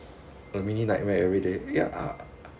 a mini nightmare everyday ya